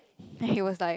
then he was like